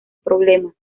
problemas